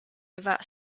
eva